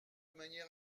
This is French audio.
manière